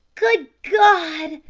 good god!